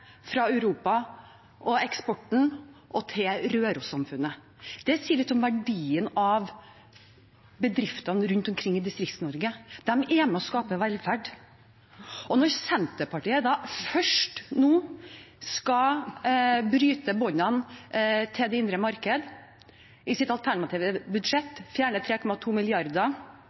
fra Europa og eksporten og til Røros-samfunnet. Det sier litt om verdien av bedriftene rundt omkring i Distrikts-Norge. De er med på å skape velferd. Når Senterpartiet nå skal bryte båndene til det indre marked i sitt alternative budsjett og fjerne 3,2